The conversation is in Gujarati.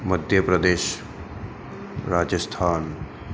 મધ્ય પ્રદેશ રાજસ્થાન